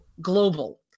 global